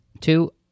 Two